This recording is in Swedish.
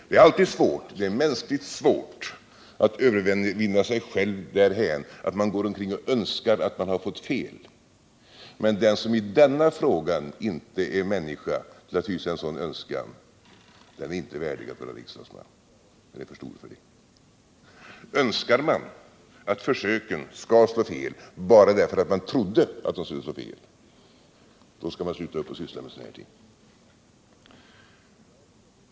Det är alltid mänskligt svårt att övervinna sig själv därhän att man går omkring och önskar att man har fått fel, men den som i denna fråga inte är människa till att hysa en sådan önskan är inte värdig att vara riksdagsman — frågan är för stor för det. Önskar man att försöken skall slå fel bara därför att man trodde att de skulle göra det — då skall man sluta upp med att syssla med sådana här ting.